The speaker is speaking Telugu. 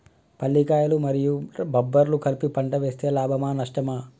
పల్లికాయలు మరియు బబ్బర్లు కలిపి పంట వేస్తే లాభమా? నష్టమా?